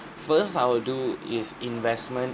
first I will do is investment